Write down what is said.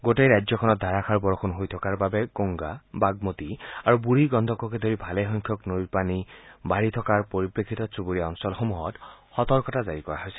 সমগ্ৰ ৰাজ্যখনতে ধাৰাষাৰ বৰষুণ হৈ থকাৰ বাবে গংগা বাগমতী আৰু বুঢ়ী গন্দককে ধৰি ভালেসংখ্যক নৈৰ পানী বৃদ্ধি পাই থকাৰ পৰিপ্ৰেক্ষিতত চুবুৰীয়া অঞ্চলসমূহত সতৰ্কতা জাৰি কৰা হৈছে